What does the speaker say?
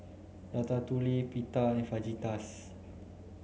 Ratatouille Pita and Fajitas